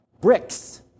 bricks